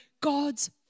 God's